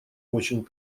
очень